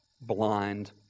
blind